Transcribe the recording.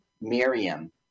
Miriam